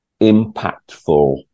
impactful